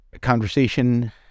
conversation